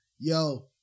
Yo